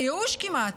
וייאוש כמעט,